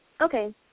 Okay